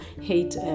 hate